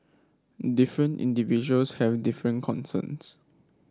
different individuals have different concerns